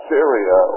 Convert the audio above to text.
Syria